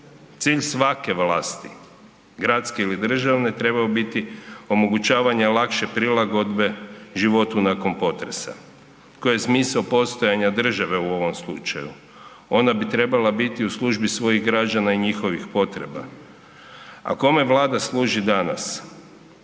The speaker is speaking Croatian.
Cilj svake vlasti gradske ili državne trebao bi biti omogućavanje lakše prilagodbe životu nakon potresa. Koji je smisao postojanja države u ovom slučaju? Ona bi trebala biti u službi svojih građana i njihovih potreba. A kome Vlada služi danas?